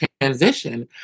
transition